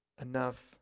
enough